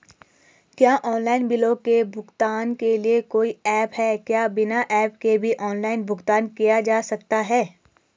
क्या ऑनलाइन बिलों के भुगतान के लिए कोई ऐप है क्या बिना ऐप के भी ऑनलाइन भुगतान किया जा सकता है?